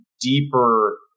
deeper